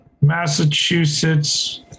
massachusetts